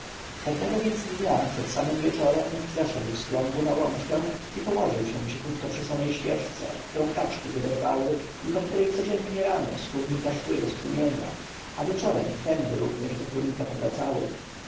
pewnego więc dnia przed samym wieczorem zeszedł z klombu na łączkę i położył się cichutko przy samej ścieżce którą kaczki wydeptały i po której codziennie rano z kurnika szły do strumienia a wieczorem tędy również do kurnika powracały